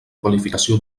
qualificació